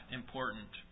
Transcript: important